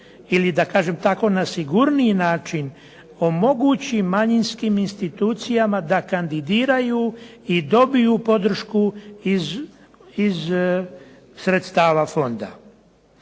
ili da kažem tako da na sigurniji način omogući manjinskim institucijama da kandidiraju i dobiju podršku iz sredstava fonda.